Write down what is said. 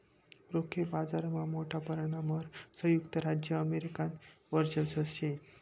रोखे बाजारमा मोठा परमाणवर संयुक्त राज्य अमेरिकानं वर्चस्व शे